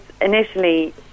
initially